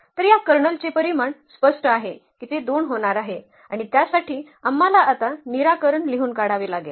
तर या कर्नलचे परिमाण स्पष्ट आहे की ते 2 होणार आहे आणि त्यासाठी आम्हाला आता निराकरण लिहून काढावे लागेल